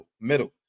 middle